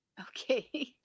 Okay